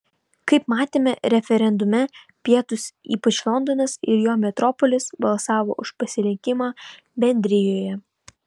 kaip matėme referendume pietūs ypač londonas ir jo metropolis balsavo už pasilikimą bendrijoje